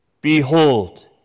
behold